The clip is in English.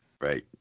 Right